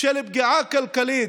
של פגיעה כלכלית,